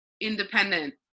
independent